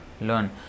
learn